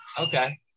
Okay